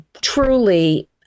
truly